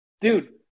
dude